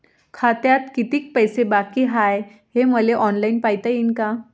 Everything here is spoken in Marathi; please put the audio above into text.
खात्यात कितीक पैसे बाकी हाय हे मले ऑनलाईन पायता येईन का?